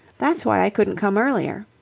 that's why i couldn't come earlier.